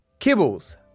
Kibbles